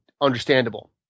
understandable